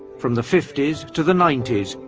from the fifty s to the ninety s,